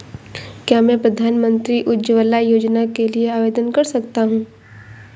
क्या मैं प्रधानमंत्री उज्ज्वला योजना के लिए आवेदन कर सकता हूँ?